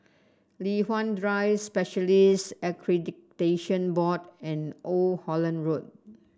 Li Hwan Drive Specialists Accreditation Board and Old Holland Road